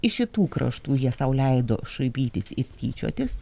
iš šitų kraštų jie sau leido šaipytis ir tyčiotis